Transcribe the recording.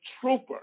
trooper